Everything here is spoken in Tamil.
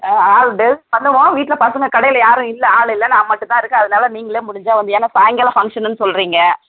பண்ணுவோம் வீட்டில பசங்கள் கடையில் யாரும் இல்லை ஆள் இல்லை நான் மட்டுந்தான் இருக்கேன் அதனால நீங்களே முடிஞ்சால் வந்து ஏன்னா சாய்ங்காலம் ஃபங்க்ஷன்னுனு சொல்கிறீங்க